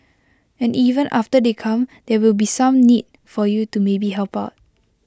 and even after they come there will be some need for you to maybe help out